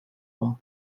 puan